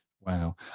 Wow